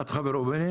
את חוה ראובני?